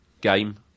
game